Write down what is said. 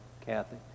kathy